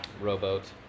rowboat